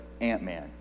Ant-Man